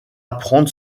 apprendre